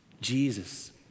Jesus